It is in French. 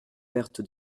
perte